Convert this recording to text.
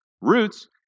roots